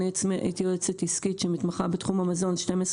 אני בעצמי הייתי במשך 12 שנים